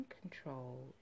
control